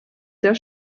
der